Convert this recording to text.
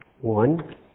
one